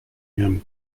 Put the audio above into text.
him